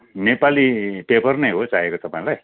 Nepali paper नै हो चाहेको तपाईँलाई